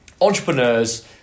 entrepreneurs